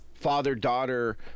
father-daughter